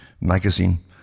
magazine